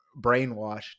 brainwashed